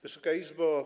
Wysoka Izbo!